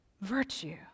Virtue